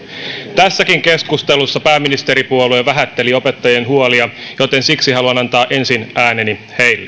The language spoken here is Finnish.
tässäkin keskustelussa pääministeripuolue vähätteli opettajien huolia joten siksi haluan antaa ensin ääneni heille